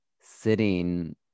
sitting